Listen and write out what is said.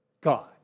God